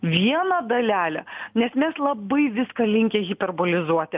vieną dalelę nes mes labai viską linkę hiperbolizuoti